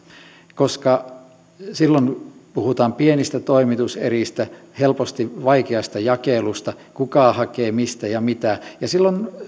koska silloin puhutaan pienistä toimituseristä helposti vaikeasta jakelusta kuka hakee mistä ja mitä ja silloin